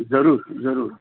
जरूर जरूर